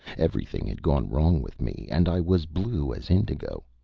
everything had gone wrong with me, and i was blue as indigo.